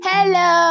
Hello